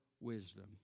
wisdom